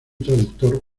traductor